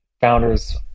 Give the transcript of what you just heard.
founders